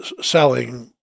selling